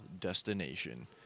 destination